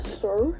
sir